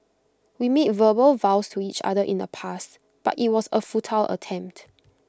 we made verbal vows to each other in the past but IT was A futile attempt